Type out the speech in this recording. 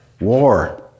War